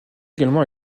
également